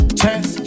chance